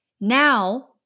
Now